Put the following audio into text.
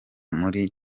muri